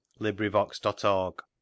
LibriVox.org